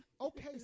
Okay